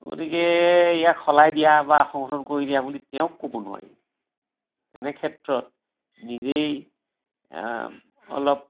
গতিকে ইয়াক সলাই দিয়া বা সংশোধন কৰি দিয়া বুলি তেওঁক ক'ব নোৱাৰি তেনেক্ষেত্ৰত নিজেই অলপ